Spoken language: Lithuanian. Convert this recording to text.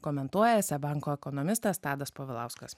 komentuoja seb banko ekonomistas tadas povilauskas